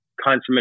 consummate